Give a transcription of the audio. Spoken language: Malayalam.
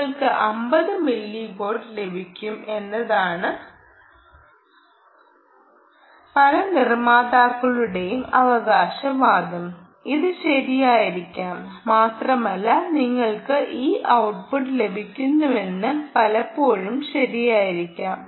നിങ്ങൾക്ക് 50 മില്ലി വാട്ട് ലഭിക്കും എന്നതാണ് പല നിർമ്മാതാക്കളുടെയും അവകാശവാദം ഇത് ശരിയായിരിക്കാം മാത്രമല്ല നിങ്ങൾക്ക് ഈ ഔട്ട്പുട്ട് ലഭിക്കുമെന്നത് പലപ്പോഴും ശരിയായിരിക്കാം